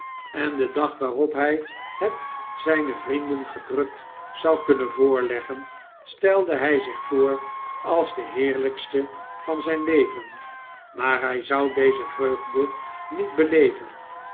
en den dag waarop hij het zijnen vrienden gedrukt zou kunnen voorleggen stelde hij zich voor als den heerlijksten van zijn leven maar hij zou deze vreugde niet beleven